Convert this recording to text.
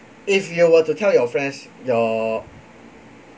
if you were to tell your friends your